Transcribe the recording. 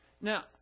Now